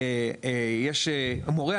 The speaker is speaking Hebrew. יש מורה,